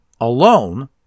alone